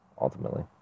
ultimately